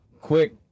quick